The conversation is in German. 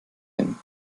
hin